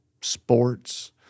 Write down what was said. sports